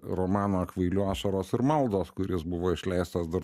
romano kvailių ašaros ir maldos kuris buvo išleistas dar